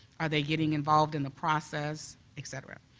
are they getting involved in the process, etc?